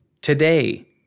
today